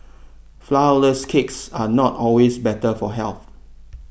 Flourless Cakes are not always better for health